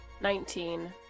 Nineteen